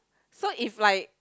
so if like